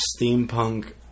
Steampunk